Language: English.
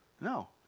No